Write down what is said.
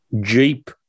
Jeep